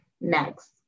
next